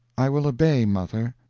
i will obey, mother.